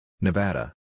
Nevada